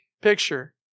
picture